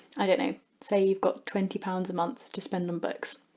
i don't know say you've got twenty pounds a month to spend on books,